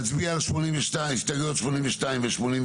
נצביע על הסתייגויות 82 ו-83.